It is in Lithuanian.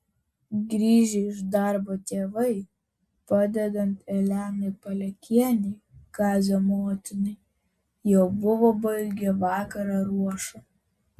grįžę iš darbo tėvai padedant elenai palekienei kazio motinai jau buvo baigę vakaro ruošą